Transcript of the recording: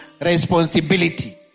responsibility